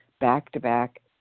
back-to-back